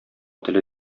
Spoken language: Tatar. теле